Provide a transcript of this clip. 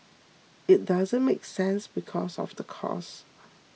it doesn't make sense because of the cost